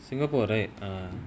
singapore right